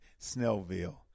Snellville